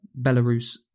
Belarus